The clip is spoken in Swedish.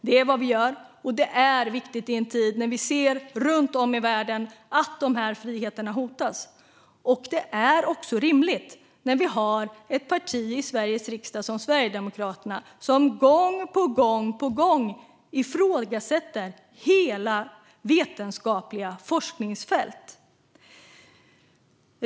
Detta är vad vi gör, och det är viktigt i en tid när vi ser runt om i världen att de här friheterna hotas. Det är också rimligt när vi har ett parti i Sveriges riksdag som Sverigedemokraterna, som gång på gång ifrågasätter hela vetenskapliga forskningsfält.